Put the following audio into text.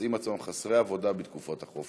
מוצאים את עצמם חסרי עבודה בתקופת החופש,